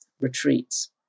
retreats